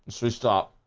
so stop